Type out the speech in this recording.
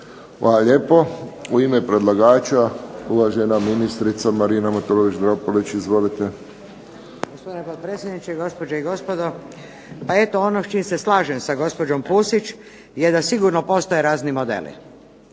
Hvala lijepo. U ime predlagača uvažena ministrica Marina Matulović Dropulić. Izvolite. **Matulović-Dropulić, Marina (HDZ)** Štovani potpredsjedniče, gospođe i gospodo. Pa eto, ono s čim se slažem sa gospođom Pusić je da sigurno postoje razni modeli.